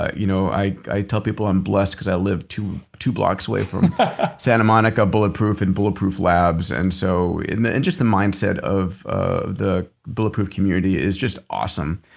ah you know i i tell people i'm blessed because i live two two blocks away from santa monica bulletproof and bulletproof labs and so and and just the mindset of ah the bulletproof community is just awesome.